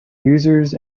users